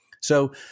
So-